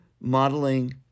modeling